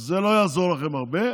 אז זה לא יעזור לכם הרבה,